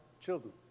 children